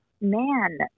man